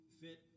fit